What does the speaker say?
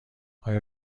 آیا